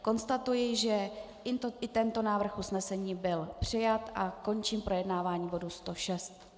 Konstatuji, že i tento návrh usnesení byl přijat, a končím projednávání bodu 106.